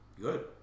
Good